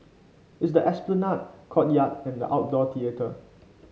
it's the Esplanade courtyard and outdoor theatre